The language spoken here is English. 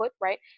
right